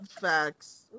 Facts